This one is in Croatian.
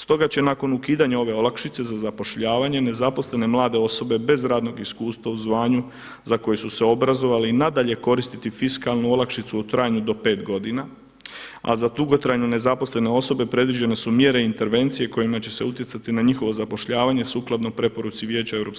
Stoga će nakon ukidanja ove olakšice za zapošljavanje nezaposlene mlade osobe bez radnog iskustva u zvanju za koje su se obrazovale i nadalje koristiti fiskalnu olakšicu i trajanju do pet godina, a za dugotrajno nezaposlene osobe predviđene su mjere i intervencije kojima će se utjecati na njihovo zapošljavanje sukladno preporuci Vijeća EU,